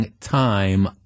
time